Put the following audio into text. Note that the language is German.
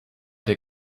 der